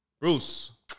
Bruce